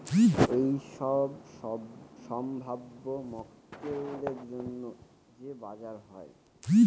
এইসব সম্ভাব্য মক্কেলদের জন্য যে বাজার হয়